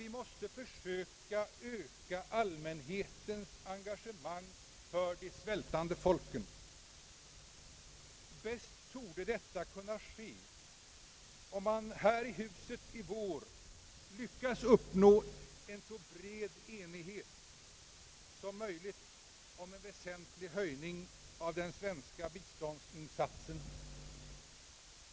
Vi måste försöka öka allmänhetens engagemang för de svältande folken. Bäst torde detta kunna ske om man här i huset i vår lyckas uppnå en så bred enhet som möjligt om en höjning av den svenska biståndsinsatsen.